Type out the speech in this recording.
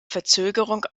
verzögerung